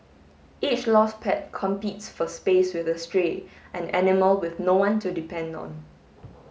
each lost pet competes for space with a stray an animal with no one to depend on